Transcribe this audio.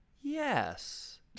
Yes